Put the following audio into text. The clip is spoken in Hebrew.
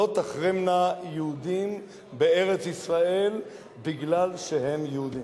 לא תחרמנה יהודים בארץ-ישראל בגלל העובדה שהם יהודים.